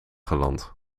geland